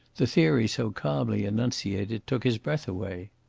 the theory so calmly enunciated took his breath away.